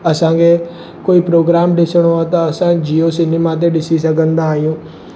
असांखे कोई प्रोग्राम ॾिसणो आहे त असां जिओ सिनेमा ते ॾिसी सघंदा आहियूं